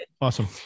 Awesome